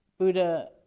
Buddha